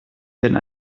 wenn